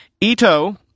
Ito